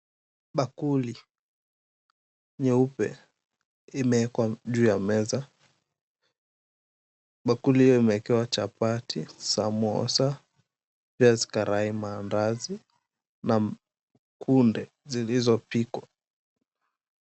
Bakuli nyeupe imewekwa juu ya meza. Bakuli hio imeekewa chapati, samosa, mandazi na kunde zilizo pikwa.